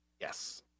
Yes